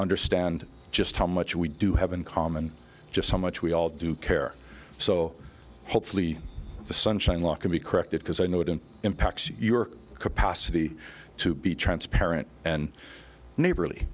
understand just how much we do have in common just how much we all do care so hopefully the sunshine law can be corrected because i know it in impacts your capacity to be transparent and neighborly